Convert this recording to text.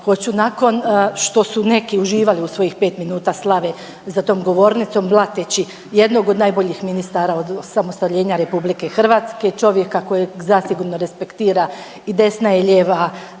nakon što su neki uživali u svojih 5 minuta slave za tom govornicom blateći jednog od najboljih ministara od osamostaljenja Republike Hrvatske, čovjeka kojeg zasigurno respektira i desna i lijeva